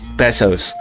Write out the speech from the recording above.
pesos